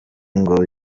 ngo